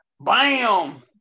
Bam